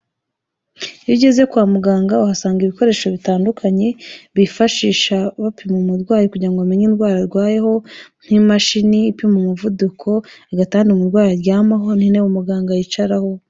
Iyo ugeze kwa muganga uhasanga ibikoresho bitandukanye, bifashisha bapima umurwayi kugira ngo bamenye indwara arwayeho, nk'imashini ipima umuvuduko, agatanda umurwayi aryamaho, n'intebe umuganga yicaraho.